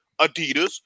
Adidas